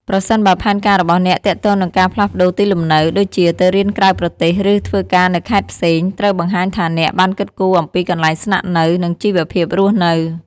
ប្រសិនបើផែនការរបស់អ្នកទាក់ទងនឹងការផ្លាស់ប្តូរទីលំនៅ ដូចជាទៅរៀនក្រៅប្រទេស ឬធ្វើការនៅខេត្តផ្សេង ត្រូវបង្ហាញថាអ្នកបានគិតគូរអំពីកន្លែងស្នាក់នៅ និងជីវភាពរស់នៅ។